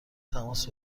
تماس